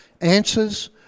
answers